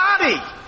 body